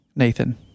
Nathan